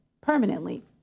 permanently